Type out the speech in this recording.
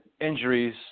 injuries